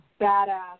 badass